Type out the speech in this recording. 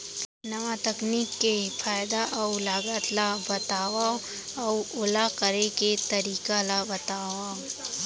नवा तकनीक के फायदा अऊ लागत ला बतावव अऊ ओला करे के तरीका ला बतावव?